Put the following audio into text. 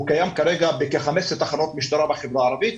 וזה כרגע קיים בכ-15 תחנות משטרה בחברה הערבית.